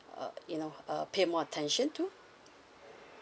uh you know uh pay more attention to